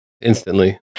instantly